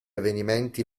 avvenimenti